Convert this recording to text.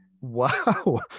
Wow